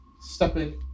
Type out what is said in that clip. stepping